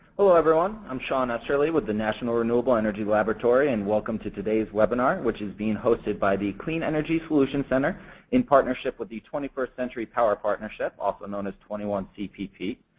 hello everyone! i'm sean esterly with the national renewable energy laboratory, and welcome to today's webinar, which is hosted by the clean energy solutions center in partnership with the twenty first century power partnership, also known as twenty one cpp.